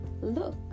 look